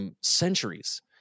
centuries